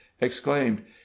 exclaimed